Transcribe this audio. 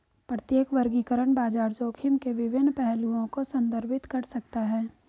प्रत्येक वर्गीकरण बाजार जोखिम के विभिन्न पहलुओं को संदर्भित कर सकता है